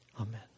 Amen